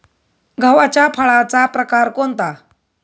गव्हाच्या फळाचा प्रकार कोणता?